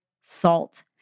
salt